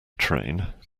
train